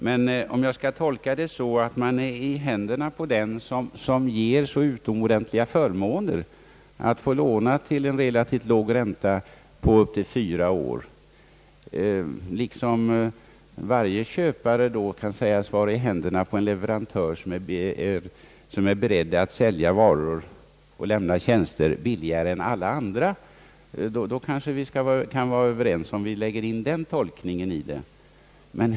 Skall jag tolka det så, att man är »i händerna» på dem som ger så utomordentliga förmåner att man får låna till en relativt låg ränta på upp till fyra år? Då skulle varje köpare kunna sägas vara i händerna på en leverantör som är beredd att sälja varor och tjänster billigare än alla andra. Skall vi vara överens om att lägga in den tolkningen i det?